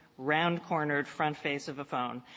round-cornered front face of a phone.